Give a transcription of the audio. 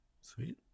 Sweet